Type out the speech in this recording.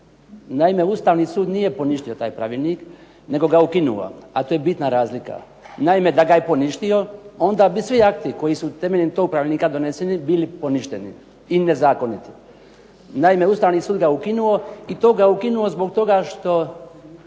Naime, Ustavni sud nije poništio taj pravilnik nego ga je ukinuo a to je bitna razlika. Naime, da je poništio onda bi svi akti koji su temeljem tog pravilnika doneseni bili poništeni i nezakoniti. Naime, Ustavni sud ga je ukinuo i to ga je ukinuo zbog toga što